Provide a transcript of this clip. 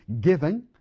giving